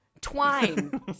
twine